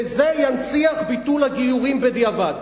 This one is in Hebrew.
וזה ינציח ביטול הגיורים בדיעבד.